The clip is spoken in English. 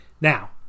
Now